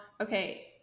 okay